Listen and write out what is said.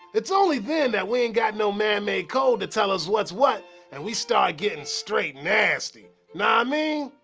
it's only then that we ain't got no man-made code to tell us what's what and we start gettin straight nasty. naw mean?